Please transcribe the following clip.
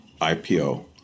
IPO